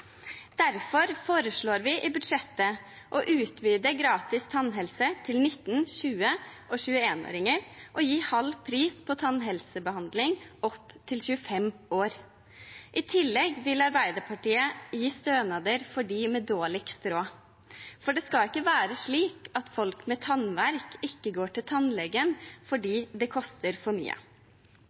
Derfor foreslår vi i budsjettet å utvide gratis tannhelse til 19-, 20- og 21-åringer og å gi halv pris på tannhelsebehandling opp til 25 år. I tillegg vil Arbeiderpartiet gi stønader til dem med dårligst råd, for det skal ikke være slik at folk med tannverk ikke går til tannlegen fordi det koster for mye.